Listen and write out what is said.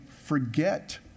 forget